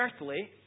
earthly